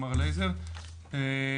מר לייזר (מתייחס לאליעזר רוזנבאום).